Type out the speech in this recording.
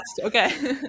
Okay